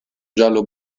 giallo